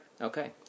Okay